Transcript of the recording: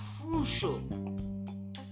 crucial